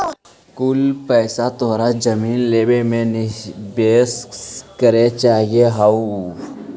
कुछ पइसा तोरा जमीन लेवे में निवेश करे चाहित हलउ